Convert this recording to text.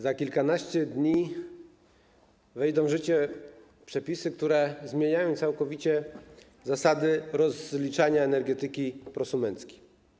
Za kilkanaście dni wejdą w życie przepisy, które zmieniają całkowicie zasady rozliczania energetyki prosumenckiej.